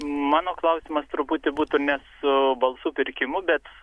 mano klausimas truputį būtų ne su balsų pirkimu bet